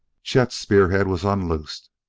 chet's spearhead was unloosed.